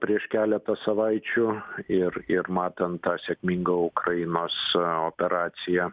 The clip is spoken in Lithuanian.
prieš keletą savaičių ir ir matant tą sėkmingą ukrainos operaciją